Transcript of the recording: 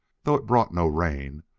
though it brought no rain,